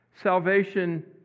Salvation